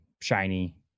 shiny